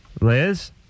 Liz